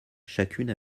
chacune